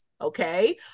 okay